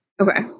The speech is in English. Okay